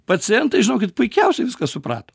pacientai žinokit puikiausiai viską suprato